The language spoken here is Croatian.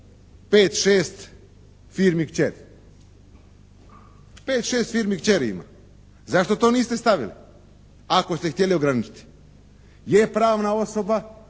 5,6 firmi kćeri. 5,6 firmi kćeri ima. Zašto to niste stavili ako ste htjeli ograničiti? Je pravna osoba